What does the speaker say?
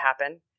happen